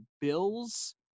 Bills